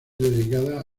dedicada